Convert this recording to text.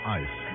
ice